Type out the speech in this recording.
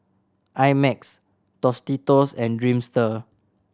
I Max Tostitos and Dreamster